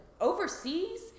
overseas